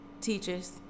teachers